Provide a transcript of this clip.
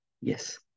Yes